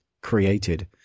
created